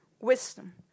wisdom